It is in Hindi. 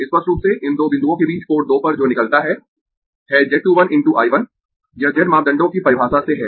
स्पष्ट रूप से इन दो बिंदुओं के बीच पोर्ट 2 पर जो निकलता है है Z 2 1 × I 1 यह Z मापदंडों की परिभाषा से है